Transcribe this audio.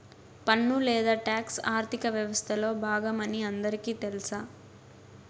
పన్ను లేదా టాక్స్ ఆర్థిక వ్యవస్తలో బాగమని అందరికీ తెల్స